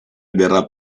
verrà